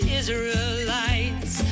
israelites